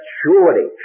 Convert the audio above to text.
surely